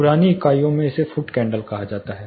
पुरानी इकाइयों में इसे फुट कैंडल कहा जाता था